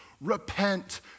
repent